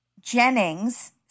Jennings